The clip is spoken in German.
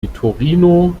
vitorino